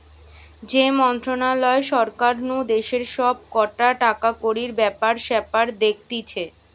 যে মন্ত্রণালয় সরকার নু দেশের সব কটা টাকাকড়ির ব্যাপার স্যাপার দেখতিছে